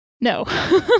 no